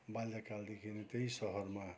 बाल्यकालदेखिनै त्यही सहरमा